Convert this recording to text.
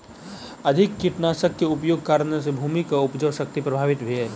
अधिक कीटनाशक के उपयोगक कारणेँ भूमि के उपजाऊ शक्ति प्रभावित भेल